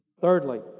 Thirdly